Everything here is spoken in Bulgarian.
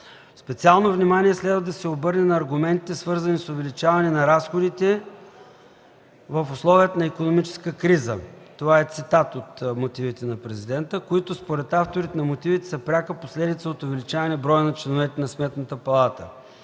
Специално внимание следва да се обърне на аргументите, свързани с „увеличаване на разходите в условията на икономическа криза” – това е цитат от мотивите на Президента, които според авторите на мотивите са пряка последица от увеличаване броя на членовете на Сметната палата.